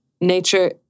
nature